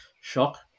Shock